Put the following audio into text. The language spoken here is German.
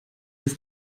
des